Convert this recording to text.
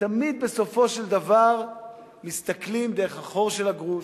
ותמיד בסופו של דבר מסתכלים דרך החור של הגרוש,